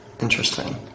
Interesting